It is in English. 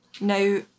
Now